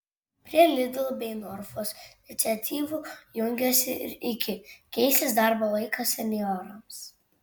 prie lidl bei norfos iniciatyvų jungiasi ir iki keisis darbo laikas senjorams